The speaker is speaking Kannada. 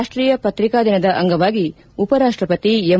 ರಾಷ್ಷೀಯ ಪತ್ರಿಕಾ ದಿನದ ಅಂಗವಾಗಿ ಉಪರಾಷ್ಟಪತಿ ಎಂ